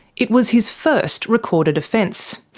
it was his first recorded offence.